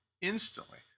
instantly